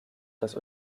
dass